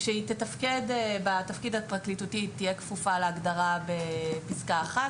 כשהיא תתפקד בתפקיד הפרקליטותי היא תהיה כפופה להגדרה בפסקה (1),